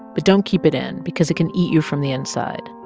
but don't keep it in because it can eat you from the inside.